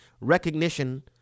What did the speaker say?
recognition